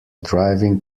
driving